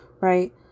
right